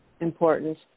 important